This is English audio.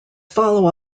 follow